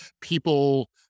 people